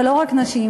אבל לא רק נשים,